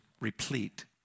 replete